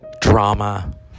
drama